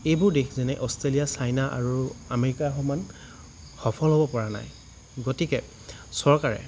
এইবোৰ দেশ যেনে অষ্ট্ৰেলিয়া চাইনা আৰু আমেৰিকাৰ সমান সফল হ'ব পৰা নাই গতিকে চৰকাৰে